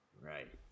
Right